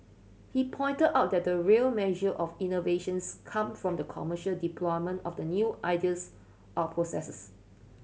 he pointed out that the real measure of innovations come from the commercial deployment of new ideas or processes